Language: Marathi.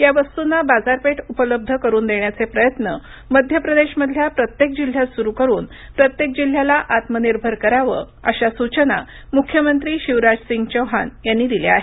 या वस्तूंना बाजारपेठ उपलब्ध करून देण्याचे प्रयत्न मध्य प्रदेशमधल्या प्रत्येक जिल्ह्यात सुरू करून प्रत्येक जिल्ह्याला आत्मनिर्भर करावं अशा सूचना मुख्यमंत्री शिवराज सिंग चौहान यांनी दिल्या आहेत